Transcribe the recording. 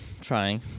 trying